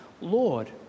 Lord